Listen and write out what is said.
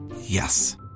Yes